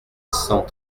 cent